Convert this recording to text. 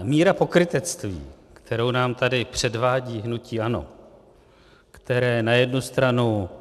Míra pokrytectví, kterou nám tady předvádí hnutí ANO, které na jednu stranu...